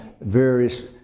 various